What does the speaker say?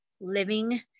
living